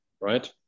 right